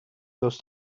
los